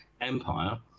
Empire